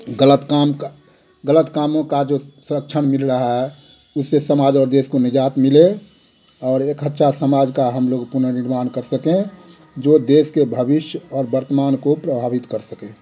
गलत काम का गलत कामों का जो संरक्षण मिल रहा है उससे समाज और देश को निजात मिले और एक सच्चा समाज का हम लोग पुनर्निर्माण कर सकें जो देश के भविष्य और वर्तमान को प्रभावित कर सके